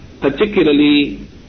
particularly